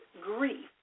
grief